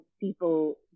people